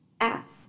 ask